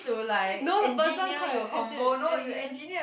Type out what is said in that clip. no the person quite engine engine